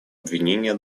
обвинения